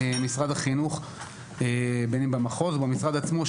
במשרד החינוך וביניהם במחוז במשרד עצמו,